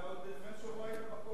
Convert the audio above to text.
אתה עוד לפני שבוע היית בקואליציה.